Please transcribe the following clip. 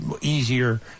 easier